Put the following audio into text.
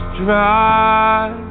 drive